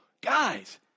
guys